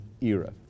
era